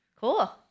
Cool